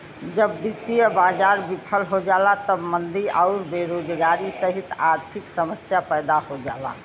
जब वित्तीय बाजार विफल हो जाला तब मंदी आउर बेरोजगारी सहित आर्थिक समस्या पैदा हो जाला